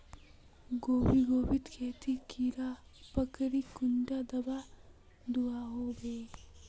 गोभी गोभिर खेतोत कीड़ा पकरिले कुंडा दाबा दुआहोबे?